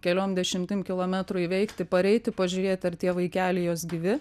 keliom dešimtim kilometrų įveikti pareiti pažiūrėti ar tie vaikeliai jos gyvi